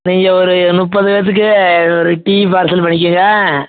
நீங்கள் ஒரு முப்பது பேற்றுக்கு ஒரு டீ பார்சல் மடிக்கிவியா